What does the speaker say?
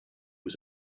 was